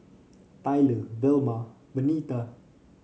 Tyler Velma Benita